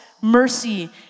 mercy